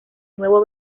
nuevo